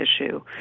issue